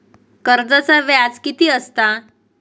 कर्जाचा व्याज कीती असता?